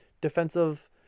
defensive